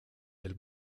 del